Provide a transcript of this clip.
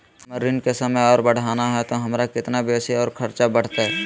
हमर ऋण के समय और बढ़ाना है तो हमरा कितना बेसी और खर्चा बड़तैय?